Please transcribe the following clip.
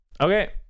okay